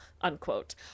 unquote